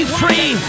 free